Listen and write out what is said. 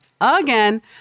again